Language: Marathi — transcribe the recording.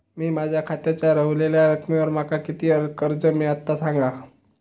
मी माझ्या खात्याच्या ऱ्हवलेल्या रकमेवर माका किती कर्ज मिळात ता सांगा?